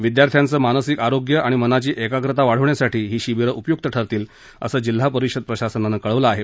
विद्यार्थ्यांचं मानसिक आरोग्य आणि मनाची एकाग्रता वाढवण्यासाठी ही शिबिरं उपय्क्त ठरतील असं जिल्हा परिषद प्रशासनानं कळवलं आहे